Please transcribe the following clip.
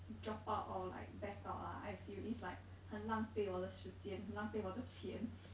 drop out or like back out lah I feel it's like 很浪费我的时间浪费我的钱